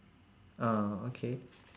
ah okay